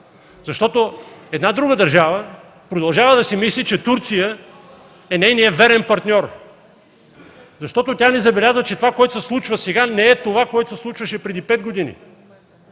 Защото една друга държава продължава да си мисли, че Турция е нейният верен партньор. Защото тя не забеляза, че това, което се случва сега, не е това, което се случваше преди пет години,